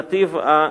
נתיב השקיפות.